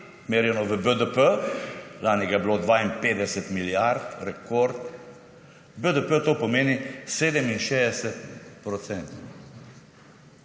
merjeno v BDP, lani ga je bilo 52 milijard, rekord, v BDP to pomeni 67 %.